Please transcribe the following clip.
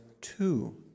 two